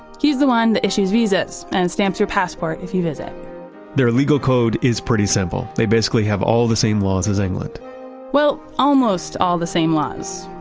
he's the one that issues visas and stamps your passport if you visit their legal code is pretty simple. they basically have all the same laws as england well, almost all the same laws.